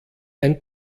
ein